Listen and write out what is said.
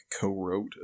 co-wrote